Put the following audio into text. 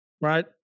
right